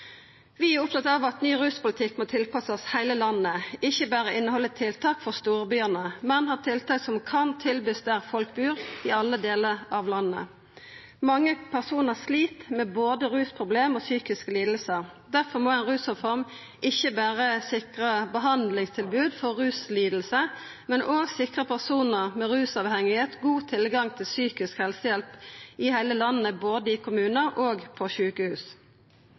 Vi er opptatt av at ny ruspolitikk må tilpassast heile landet – ikkje berre innehalda tiltak for storbyane, men ha tiltak som kan verta tilbodne der folk bur i alle delar av landet. Mange personar slit med både rusproblem og psykiske lidingar. Difor må ei rusreform ikkje berre sikra behandlingstilbod for ruslidingar, men òg sikra personar med rusavhengigheit god tilgang til psykisk helsehjelp i heile landet, både i kommunar og på sjukehus.